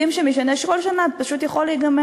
יודעים שכל שנה זה פשוט יכול להיגמר,